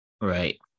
right